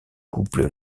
couple